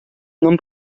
non